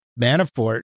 Manafort